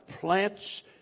plants